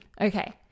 Okay